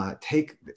take